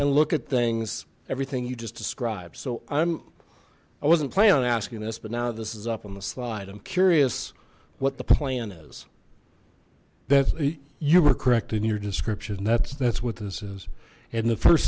and look at things everything you just described so i'm i wasn't planning on asking this but now this is up on the slide i'm curious what the plan is that you were correct in your description and that's that's what this is and the first